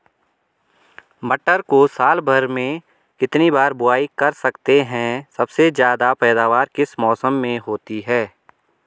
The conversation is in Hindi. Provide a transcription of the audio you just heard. मटर को साल भर में कितनी बार बुआई कर सकते हैं सबसे ज़्यादा पैदावार किस मौसम में होती है?